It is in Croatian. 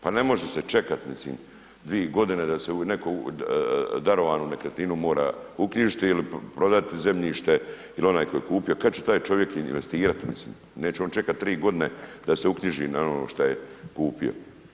Pa ne može se čekati mislim 2 godine da se neku darovanu nekretninu mora uknjižiti ili prodati zemljište ili onaj koji je kupio, kad će taj čovjek investirati, mislim neće on čekati 3 godine da se uknjiži na ono što je kupio.